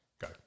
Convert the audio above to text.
Go